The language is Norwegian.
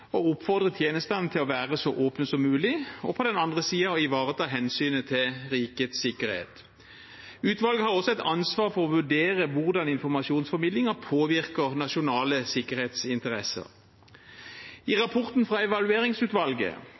å oppfordre tjenestene til å være så åpne som mulig og på den andre siden ivareta hensynet til rikets sikkerhet. Utvalget har også et ansvar for å vurdere hvordan informasjonsformidlingen påvirker nasjonale sikkerhetsinteresser. I rapporten fra evalueringsutvalget